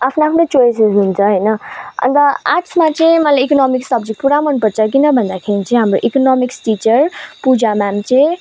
आफ्नो आफ्नो चोइजहरू हुन्छ होइन अन्त आर्ट्समा चाहिँ मलाई इकोनोमिक्स सब्जेक्ट पुरा मन पर्छ किन भन्दाखेरि चाहिँ हाम्रो इकोनोमिक्स टिचर पूजा म्याम चाहिँ